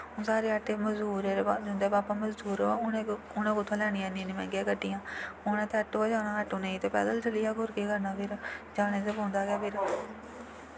हून साढ़े मजदूर जिं'दे भापा मजदूर उ'नें कु'त्थां लैनियां इन्नियां इन्नियां गड्डियां उ'नें ते आटो गै जाना आटो नेईं तां पैदल चली जाह्ग होर केह् करना फिर जाने ते पौंदा गै फिर